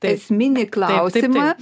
esminį klausimą